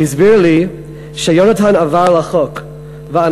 הסביר לי שיונתן עבר על החוק ושאנשים